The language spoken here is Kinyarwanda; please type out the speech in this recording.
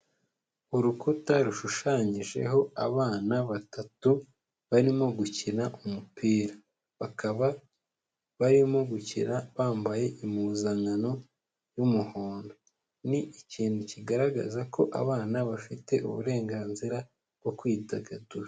Urukuta rushushanyijeho abana batatu barimo gukina umupira. Bakaba barimo gukina bambaye impuzankano y'umuhondo. Ni ikintu kigaragaza ko abana bafite uburenganzira bwo kwidagadura.